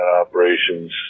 operations